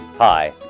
Hi